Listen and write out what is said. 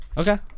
Okay